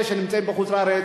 אלה שנמצאים בחוץ-לארץ,